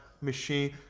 machine